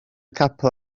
capel